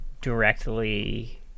directly